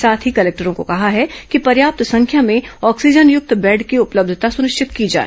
साथ ही कलेक्टरों को कहा है कि पर्याप्त संख्या में ऑक्सीजनयुक्त बेड की उपलब्धता सुनिश्चित की जाए